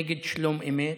נגד שלום אמת,